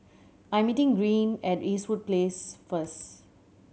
I'm meeting Greene at Eastwood Place first